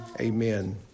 Amen